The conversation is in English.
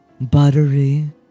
Buttery